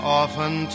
often